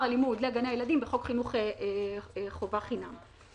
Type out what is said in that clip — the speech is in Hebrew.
הלימודים לגני הילדים בחוק חינוך חובה חינם.